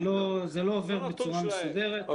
זה לא עובר בצורה מסודרת.